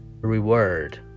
reward